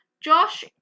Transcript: josh